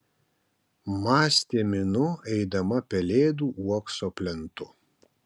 mąstė minu eidama pelėdų uokso plentu